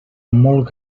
molt